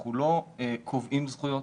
אנחנו לא קובעים זכויות,